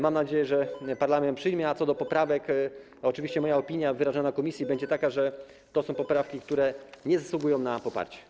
Mam nadzieję, że parlament ją przyjmie, a co do poprawek, to oczywiście moja opinia wyrażona w komisji będzie taka, że to są poprawki, które nie zasługują na poparcie.